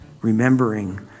remembering